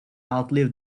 outlive